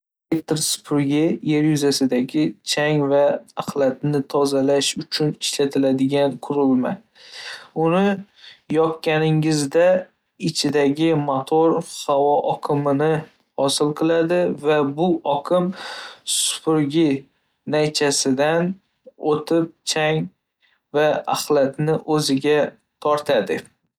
supurgi yer yuzasidagi chang va axlatni tozalash uchun ishlatiladigan qurilma. Uni yoqganingizda, ichidagi motor havo oqimini hosil qiladi va bu oqim supurgi naychasidan o‘tib, chang va axlatni o'ziga tortadi.